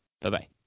bye-bye